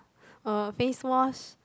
uh face wash